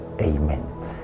amen